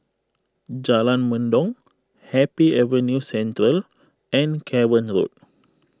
Jalan Mendong Happy Avenue Central and Cavan Road